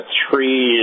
three